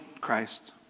Christ